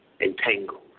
entangled